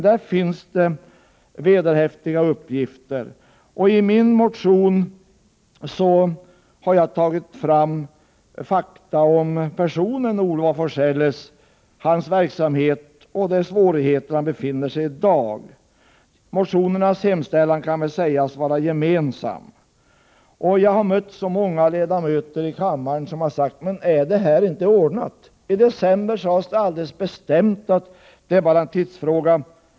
Där finns emellertid vederhäftiga uppgifter. I min motion har jag tagit fram fakta om personen Olof af Forselles, hans verksamhet och de svårigheter han befinner sig i i dag. Motionernas hemställan kan sägas vara gemensam. Jag har mött många ledamöter av denna kammare som har frågat: Men är det här inte ordnat? I december sades det alldeles bestämt: Det är bara en tidsfråga.